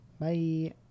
Bye